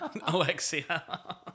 Alexia